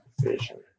vision